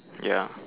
ya